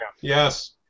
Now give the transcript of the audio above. Yes